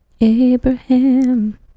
Abraham